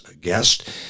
guest